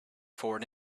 forward